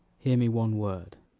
hear me one word.